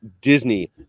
Disney